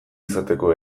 izateko